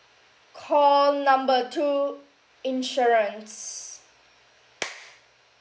call number two insurance